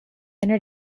inner